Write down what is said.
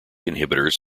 inhibitors